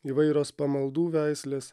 įvairios pamaldų veislės